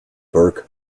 burke